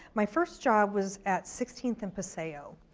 my first job was at sixteenth and paseo.